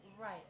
right